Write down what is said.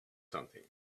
something